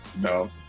No